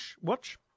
watch